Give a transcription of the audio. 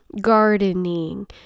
gardening